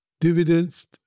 Dividends